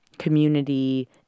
community